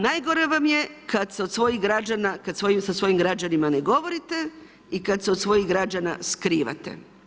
Najgore vam je kad se od svojih građana, sa svojim građanima ne govorite i kad se od svojih građana skrivate.